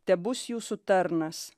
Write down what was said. tebus jūsų tarnas